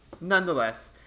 nonetheless